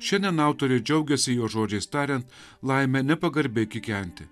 šiandien autorė džiaugiasi jos žodžiais tariant laime nepagarbiai kikenti